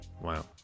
Wow